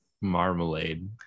Marmalade